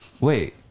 wait